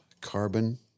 carbon